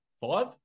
five